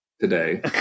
today